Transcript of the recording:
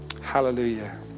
Hallelujah